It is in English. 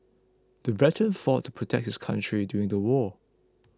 the veteran fought to protect his country during the war